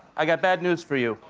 i got bad news for you.